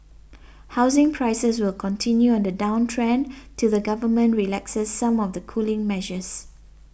housing prices will continue on the downtrend till the government relaxes some of the cooling measures